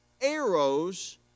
arrows